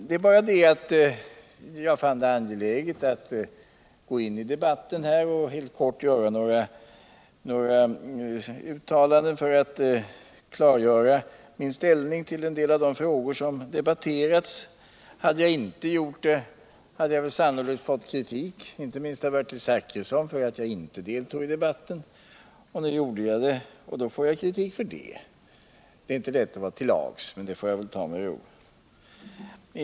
Jag fann det bara angeläget att gå in i debatten och helt kort göra några uttalanden för att klargöra min inställning till en del av de frågor som har debatterats. Hade jag inte gjort det, hade jag sannolikt fått kritik — inte minst av Bertil Zachrisson — för att jag inte deltog i debatten. Nu gjorde jag det, och då får jag kritik för det. Det är inte lätt att vara till lags, men det får jag väl ta med ro.